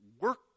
work